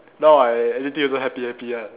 now I anything also happy happy one